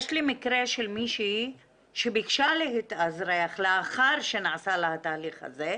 יש לי מקרה של מישהי שביקשה להתאזרח לאחר שנעשה לה התהליך הזה,